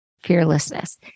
fearlessness